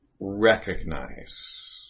recognize